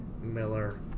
Miller